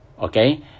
okay